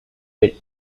bit